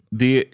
det